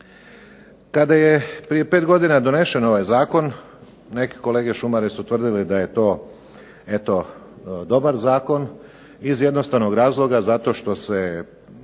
Kada je prije pet godina donesen ovaj Zakon neki kolege šumari su tvrdili da je to dobar Zakon iz jednostavnog razloga što se